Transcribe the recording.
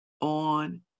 on